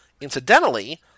Incidentally